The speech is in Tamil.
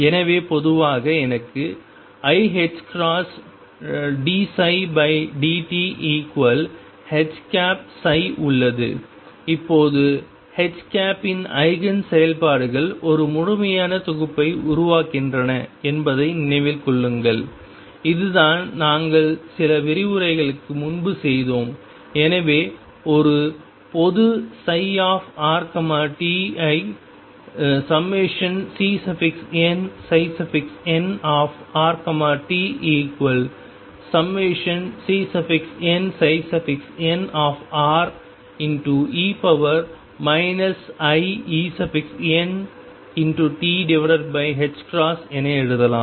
எனவே பொதுவாக எனக்கு iℏdψdtH உள்ளது இப்போது H இன் ஐகேன் செயல்பாடுகள் ஒரு முழுமையான தொகுப்பை உருவாக்குகின்றன என்பதை நினைவில் கொள்ளுங்கள் இதுதான் நாங்கள் சில விரிவுரைகளுக்கு முன்பு செய்தோம் எனவே ஒரு பொது ψrt ஐ ∑Cnnrt∑Cnne iEnt என எழுதலாம்